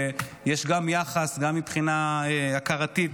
ויש יחס גם מבחינה הכרתית,